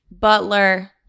Butler